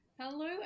Hello